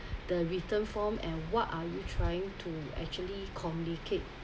the written form and what are you trying to actually communicate